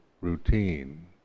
routine